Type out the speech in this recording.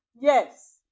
Yes